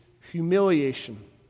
humiliation